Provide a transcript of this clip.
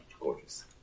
Gorgeous